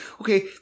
Okay